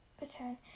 return